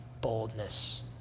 boldness